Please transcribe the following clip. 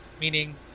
meaning